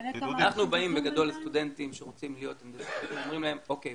אנחנו באים בגדול לסטודנטים שרוצים להיות הנדסאים ואומרים להם: אוקיי,